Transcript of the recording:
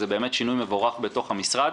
זה באמת שינוי מבורך בתוך המשרד